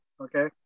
Okay